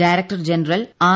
director general R